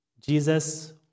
Jesus